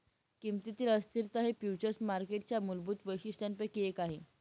किमतीतील अस्थिरता हे फ्युचर्स मार्केटच्या मूलभूत वैशिष्ट्यांपैकी एक आहे